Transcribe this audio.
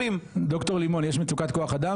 ד"ר לימון, יש מצוקת כוח אדם?